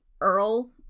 Earl